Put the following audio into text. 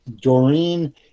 doreen